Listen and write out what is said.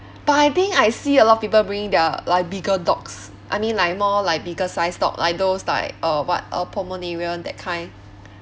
but I think I see a lot of people bring their like bigger dogs I mean like more like bigger size dog like those like uh what uh pomeranian that kind